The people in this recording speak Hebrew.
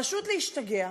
פשוט להשתגע.